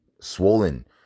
Swollen